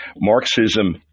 Marxism